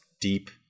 deep